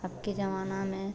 अबके ज़माना में